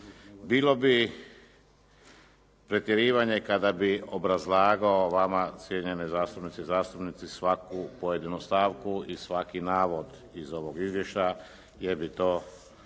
Bilo bi pretjerivanje kada bih obrazlagao vama, cijenjene zastupnice i zastupnici, svaku pojedinu stavku i svaki navod iz ovog izvještaja, jer bi to